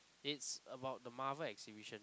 it's about the Marvel exhibition